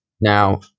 now